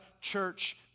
church